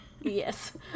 Yes